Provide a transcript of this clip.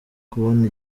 kubona